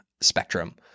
spectrum